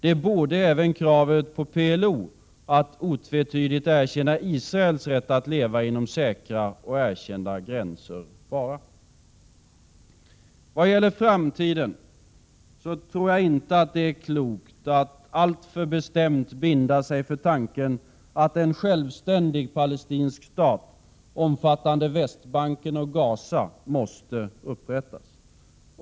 Det borde även kravet på PLO att otvetydigt erkänna Israels rätt att leva inom säkra och erkända gränser vara. Vad gäller framtiden tror jag inte att det är klokt att alltför bestämt binda sig för tanken att en självständig palestinsk stat, omfattande Västbanken och Gaza, måste upprättas.